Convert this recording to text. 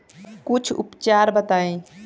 कुछ उपचार बताई?